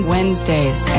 Wednesdays